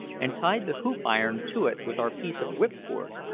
and tied the hoop-iron to it with our piece of whip-cord,